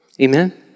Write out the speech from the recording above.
Amen